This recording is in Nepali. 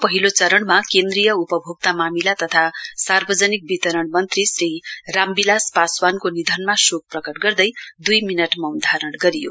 पहिलो चरणमा केन्द्रीय उपभोक्ता मामिला तथा सार्वजनिक वितरओण मन्त्री श्री रामविलास पासवानको निधनमा शौक प्रकट गर्दै दुई मिनट मौन धारण गरियो